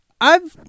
I've-